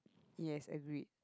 yes agreed